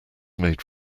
made